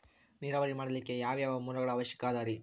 ನೇರಾವರಿ ಮಾಡಲಿಕ್ಕೆ ಯಾವ್ಯಾವ ಮೂಲಗಳ ಅವಶ್ಯಕ ಅದರಿ?